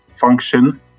function